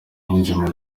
niyonzima